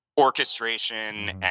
orchestration